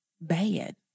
bad